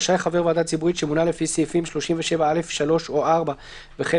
רשאי חבר ועדה ציבורית שמונה לפי סעיפים 37(א)(3) או (4) וכן